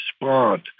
respond